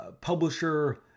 publisher